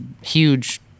huge